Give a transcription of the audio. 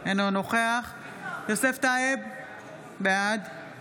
אינו נוכח יוסף טייב, בעד